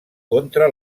contra